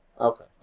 Okay